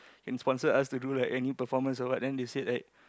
in sponsor us to do like any performance or what then they say like